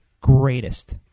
greatest